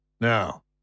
Now